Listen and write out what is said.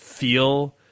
feel